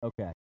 Okay